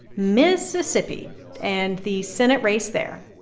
mississippi and the senate race there